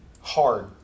hard